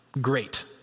great